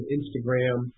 Instagram